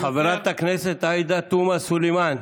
חברת הכנסת עאידה תומא סלימאן.